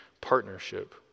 partnership